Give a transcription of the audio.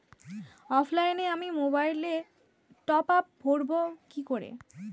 অফলাইনে আমি মোবাইলে টপআপ ভরাবো কি করে?